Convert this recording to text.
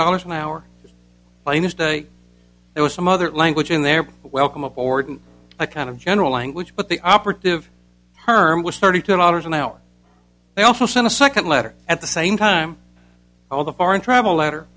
dollars an hour by mistake there was some other language in there welcome aboard a kind of general language but the operative term was thirty two dollars an hour they also sent a second letter at the same time all the foreign travel letter